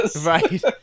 Right